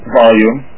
volume